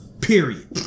Period